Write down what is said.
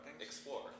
Explore